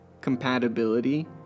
compatibility